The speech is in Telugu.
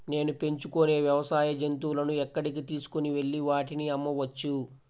నేను పెంచుకొనే వ్యవసాయ జంతువులను ఎక్కడికి తీసుకొనివెళ్ళి వాటిని అమ్మవచ్చు?